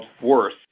worth